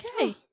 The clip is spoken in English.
okay